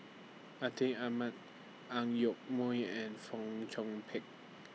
Atin Amat Ang Yoke Mooi and Fong Chong Pik